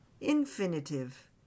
Infinitive